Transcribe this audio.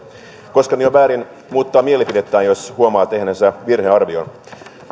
ei ole väärin muuttaa mielipidettään jos huomaa tehneensä virhearvion mutta